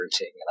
routine